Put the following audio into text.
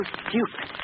stupid